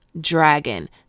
dragon